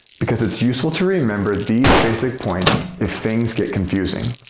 because it's useful to remember these basic points if things get confusing.